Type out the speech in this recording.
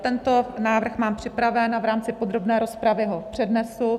Tento návrh mám připravený a v rámci podrobné rozpravy ho přednesu.